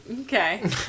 okay